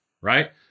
right